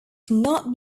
cannot